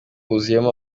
huzuyemo